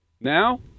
Now